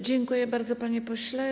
Dziękuję bardzo, panie pośle.